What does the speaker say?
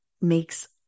makes